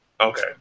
okay